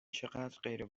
چقدرغیر